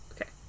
Okay